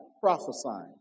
prophesying